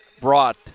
brought